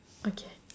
okay